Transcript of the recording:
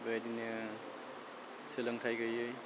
बेबायदिनो सोलोंथाय गैयै